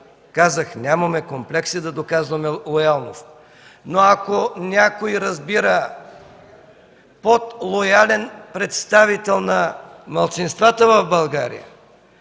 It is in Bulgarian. Казах, нямаме комплекси да доказваме лоялност, но ако някой разбира под лоялен представител на малцинствата в България